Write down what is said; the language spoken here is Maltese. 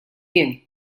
jien